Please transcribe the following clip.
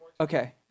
Okay